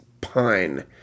Pine